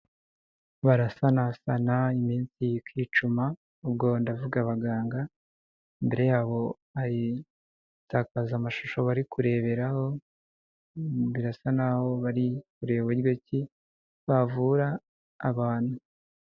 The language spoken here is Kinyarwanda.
Barasanasana iminsi ikicuma ubwo ndavuga abaganga, imbere yabo hari insakaza mashusho bari kureberaho, birasa n'aho bari kureba buryo ki bavura abantu.